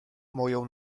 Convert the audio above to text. moją